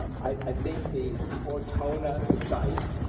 um i think the ortona site